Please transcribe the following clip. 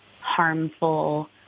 harmful